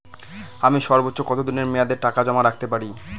আমি সর্বোচ্চ কতদিনের মেয়াদে টাকা জমা রাখতে পারি?